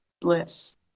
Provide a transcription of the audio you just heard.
bliss